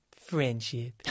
friendship